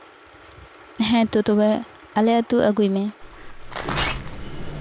ᱦᱮᱸᱛᱚ ᱛᱚᱵᱮ ᱟᱞᱮ ᱟᱹᱛᱩ ᱟᱹᱜᱩᱭ ᱢᱮ